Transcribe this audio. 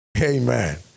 Amen